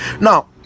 now